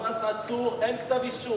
נתפס עצור, אין כתב אישום.